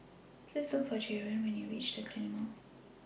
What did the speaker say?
Please Look For Jaren when YOU REACH The Claymore